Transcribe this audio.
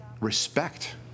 respect